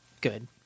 good